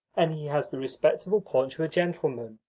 and he has the respectable paunch of a gentleman.